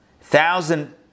thousand